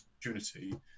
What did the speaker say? opportunity